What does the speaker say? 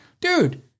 Dude